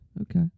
Okay